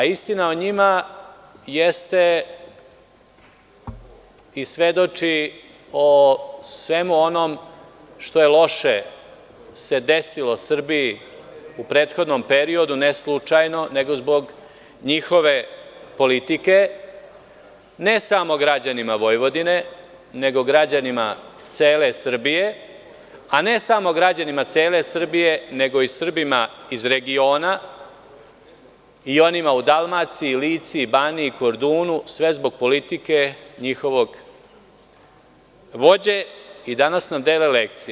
Istina o njima svedoči o svemu onome što se loše desilo Srbiji u prethodnom periodu, ne slučajno, nego zbog njihove politike, ne samo građanima Vojvodine, nego građanima cele Srbije, i ne samo građanima cele Srbije, nego i Srbima iz regiona, i onima u Dalmaciji, Lici, Baniji, Kordunu, sve zbog politike njihovog vođe, a danas nam dele lekcije.